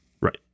Right